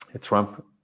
trump